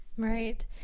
Right